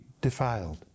defiled